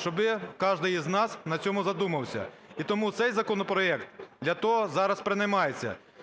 щоби кожний із нас на цьому задумався, і тому цей законопроект для того зараз принимается.